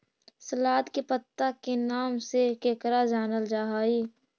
सलाद के पत्ता के नाम से केकरा जानल जा हइ?